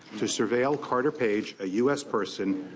to surveil carter page, a u s. person,